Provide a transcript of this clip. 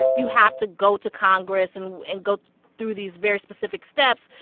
you have to go to congress and and go through these very specific steps.